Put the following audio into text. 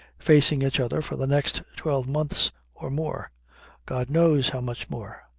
facing each other for the next twelve months or more god knows how much more!